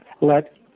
let